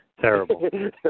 Terrible